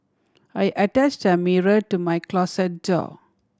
I attached a mirror to my closet door